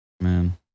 man